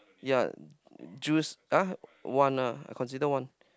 yea juice uh one lah I consider one